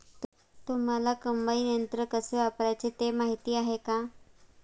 तुम्हांला कम्बाइन यंत्र कसे वापरायचे ते माहीती आहे का?